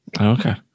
Okay